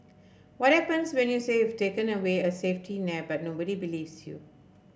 what happens when you say you've taken away a safety net but nobody believes you